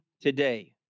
today